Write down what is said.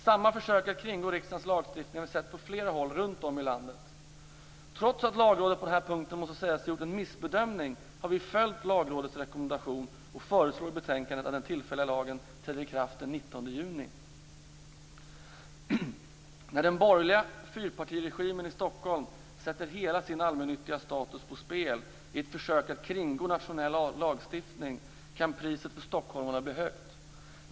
Samma försök att kringgå riksdagens lagstiftning har vi sett på flera håll runtom i landet. Trots att Lagrådet på den här punkten måste sägas ha gjort en missbedömning har vi följt Lagrådets rekommendation och föreslår i betänkandet att den tillfälliga lagen träder i kraft den 19 juni. När den borgerliga fyrpartiregimen i Stockholm sätter hela sin allmännyttas status på spel, i ett försök att kringgå nationell lagstiftning, kan priset för stockholmarna bli högt.